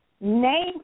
name